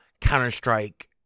Counter-Strike